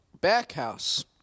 backhouse